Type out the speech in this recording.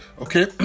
Okay